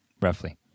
Roughly